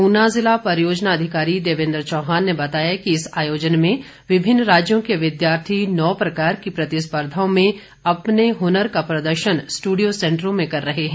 ऊना ज़िला परियोजना अधिकारी देवेन्द्र चौहान ने बताया कि इस आयोजन में विभिन्न राज्यों के विद्यार्थी नौ प्रकार की प्रतिस्पर्धाओं में अपने हुनर का प्रदर्शन स्टूडियो सेंटरों में कर रहे हैं